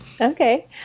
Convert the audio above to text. Okay